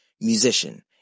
musician